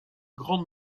grande